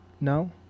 No